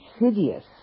insidious